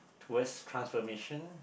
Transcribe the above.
towards transformation